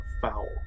foul